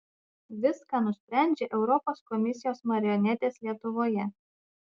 viską nusprendžia europos komisijos marionetės lietuvoje